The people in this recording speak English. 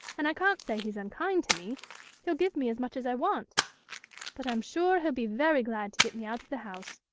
and i can't say he's unkind to me he'll give me as much as i want but i'm sure he'll be very glad to get me out of the house.